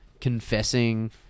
Confessing